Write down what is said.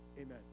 Amen